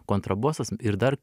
kontrabosas ir dar